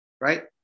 right